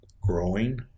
growing